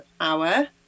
hour